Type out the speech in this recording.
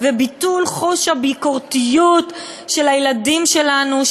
וביטול חוש הביקורתיות של הילדים שלנו,